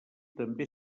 també